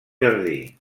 jardí